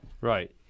Right